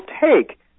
take